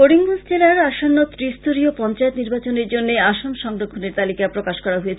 করিমগঞ্জ জেলার আসন্ন ত্রিস্তরীয় পঞ্চায়েত নির্বাচনের জন্য আসন সংরক্ষনের তালিকা প্রকাশ করা হয়েছে